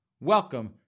Welcome